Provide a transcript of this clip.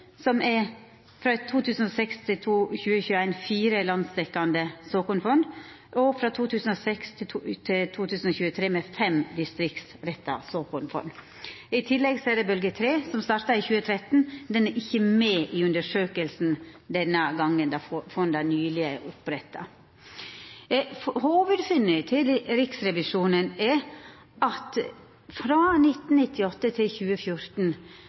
bølgje 2, frå 2006–2021, med fire landsdekkjande såkornfond, og frå 2006–2023, med fem distriktsretta såkornfond I tillegg er det bølgje 3, som starta i 2013, men ho er ikkje med i undersøkinga denne gongen, då fonda nyleg er oppretta. Hovudfunna til Riksrevisjonen er at frå 1998 til 2014